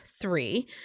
three